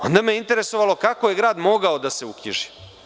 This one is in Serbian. Onda me interesovalo kako je Grad mogao da se uknjiži.